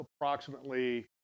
approximately